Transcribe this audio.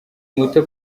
muto